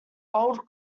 old